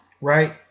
right